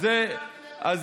אז